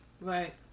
Right